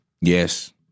Yes